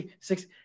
six